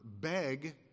Beg